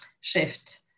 shift